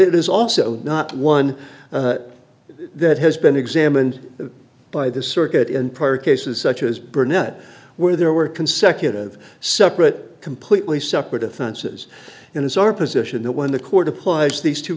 is also not one that has been examined by the circuit in prior cases such as burnett where there were consecutive separate completely separate offenses and it's our position that when the court applies these two